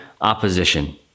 opposition